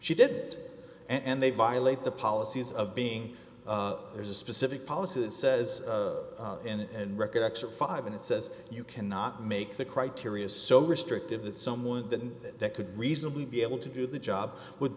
she did and they violate the policies of being there's a specific policy that says in and record x or five and it says you cannot make the criteria so restrictive that someone that they could reasonably be able to do the job would